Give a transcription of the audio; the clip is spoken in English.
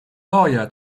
lawyer